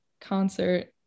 concert